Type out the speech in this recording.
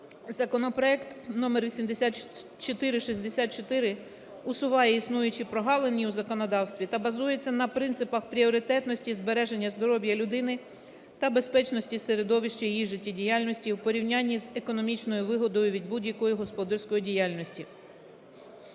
Законопроект № 8464 усуває існуючі прогалини у законодавстві та базується на принципах пріоритетності і збереження здоров'я людини та безпечності середовища її життєдіяльності в порівнянні з економічною вигодою від будь-якої господарської діяльності.